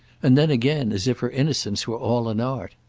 and then again as if her innocence were all an art.